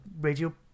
radio